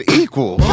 equal